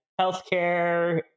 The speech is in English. healthcare